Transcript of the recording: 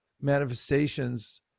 manifestations